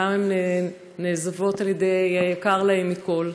פעם הן נעזבות על ידי היקר להן מכול,